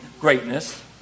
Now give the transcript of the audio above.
greatness